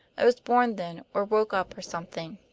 i was born then, or woke up or something.